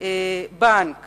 בנק